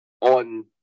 on